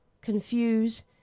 confuse